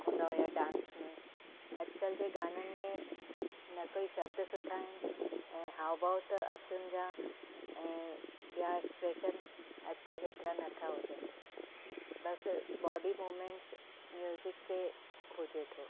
हूंदा हुया डांस में अॼुकल्ह जे गाननि में न कोई शब्द सुठा आहिनि ऐं हाव भाव त अखियुनि जा ऐं ॿिया एक्सप्रैशन अॼुकल्ह हेतिरा नथा हुजनि बस बॉडी मूमेंट्स म्यूज़िक से हुजे थो